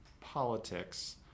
politics